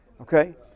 Okay